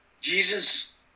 Jesus